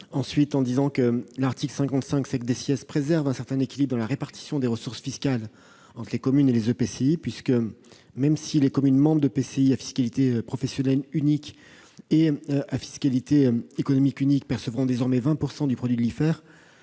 Ensuite, l'article 56 préserve un certain équilibre dans la répartition des ressources fiscales entre les communes et les EPCI. En effet, même si les communes membres d'EPCI à fiscalité professionnelle unique et à fiscalité économique unique perçoivent désormais 20 % du produit de l'IFER,